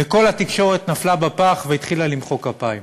וכל התקשורת נפלה בפח והתחילה למחוא כפיים.